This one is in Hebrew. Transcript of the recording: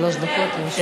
שלוש דקות לרשותך.